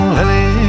lily